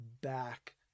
back